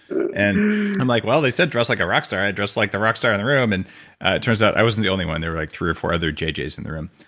and i'm like well, they said dress like a rockstar. i dressed like the rockstar in the room and turns out i wasn't the only one. there were like three or four other jjs in the room.